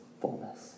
fullness